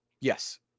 Yes